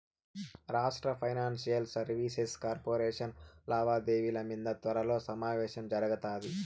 రాష్ట్ర financial services corporation లావాదేవిల మింద త్వరలో సమావేశం జరగతాది